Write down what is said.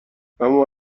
اما